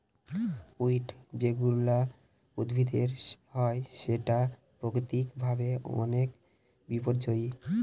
weed যেগুলা উদ্ভিদের হয় সেটা প্রাকৃতিক ভাবে অনেক বিপর্যই